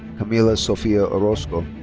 camila sofia orozco